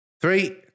Three